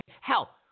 Hell